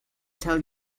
tell